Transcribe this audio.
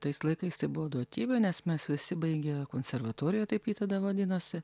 tais laikais tai buvo duotybė nes mes visi baigę konservatoriją taip ji tada vadinosi